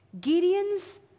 Gideon's